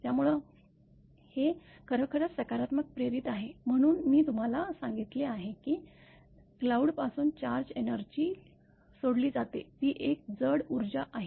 त्यामुळे हे खरोखरच सकारात्मक प्रेरित आहे म्हणून मी तुम्हाला सांगितले आहे की क्लाउडपासून चार्ज एनर्जी सोडली जाते ती एक जड ऊर्जा आहे